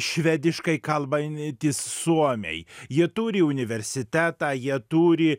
švediškai kalbantys suomiai jie turi universitetą jie turi